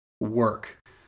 work